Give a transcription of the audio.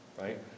Right